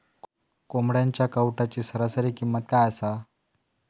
कोंबड्यांच्या कावटाची सरासरी किंमत काय असा?